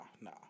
nah